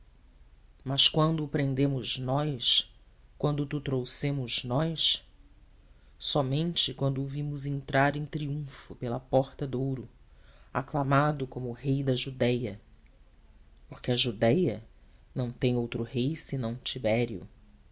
mas quando o prendemos nós quando te trouxemos nós somente quando o vimos entrar em triunfo pela porta de ouro aclamado como rei da judéia porque a judéia não tem outro rei senão tibério